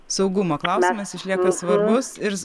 saugumo klausimas išlieka svarbus ir